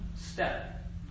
step